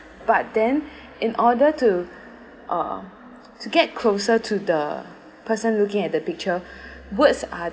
but then in order to uh to get closer to the person looking at the picture words are